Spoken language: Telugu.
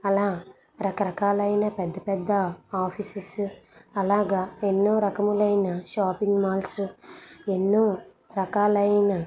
అలా రకరకాలైన పెద్ద పెద్ద ఆఫీసెస్ అలాగా ఎన్నో రకములైన షాపింగ్ మాల్సు ఎన్నో రకాలైన